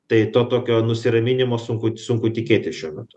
tai to tokio nusiraminimo sunku sunku tikėtis šiuo metu